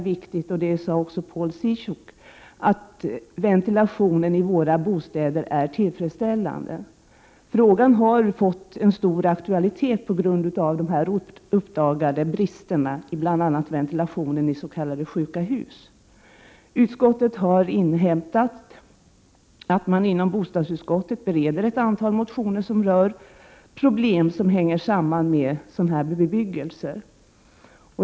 1988/89:30 Ciszuk, att ventilationen i våra bostäder är tillfredsställande. Frågan har fått 23 november 1988 stor aktualitet på grund av uppdagade brister i bl.a. ventilationen is.k. sjuka Za hus. Utskottet har inhämtat att man inom bostadsutskottet bereder ett antal motioner som rör problem som hänger samman med sådan bebyggelse.